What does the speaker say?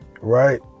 right